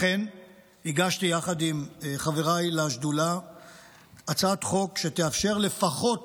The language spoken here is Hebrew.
לכן הגשתי יחד עם חבריי לשדולה הצעת חוק שתאפשר לפחות